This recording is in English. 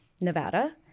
Nevada